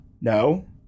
No